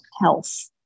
health